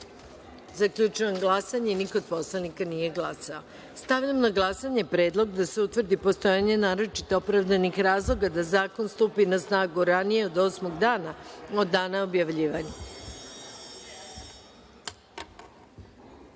amandman. Zaključujem glasanje: Niko od poslanika nije glasao. Stavljam na glasanje predlog da se utvrdi postojanje naročito opravdanih razloga da zakon stupi na snagu ranije od osmog dana od dana objavljivanja. Zaključujem